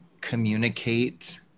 communicate